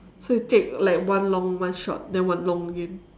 so you take like one long one short then one long again